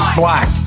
black